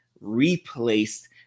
replaced